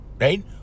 right